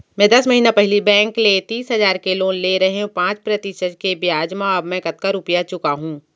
मैं दस महिना पहिली बैंक ले तीस हजार के लोन ले रहेंव पाँच प्रतिशत के ब्याज म अब मैं कतका रुपिया चुका हूँ?